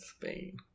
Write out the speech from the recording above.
spain